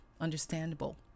understandable